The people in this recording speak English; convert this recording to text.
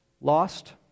lost